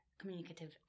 communicative